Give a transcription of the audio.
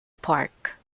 park